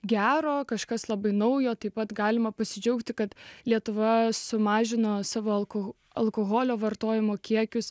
gero kažkas labai naujo taip pat galima pasidžiaugti kad lietuva sumažino savo alko alkoholio vartojimo kiekius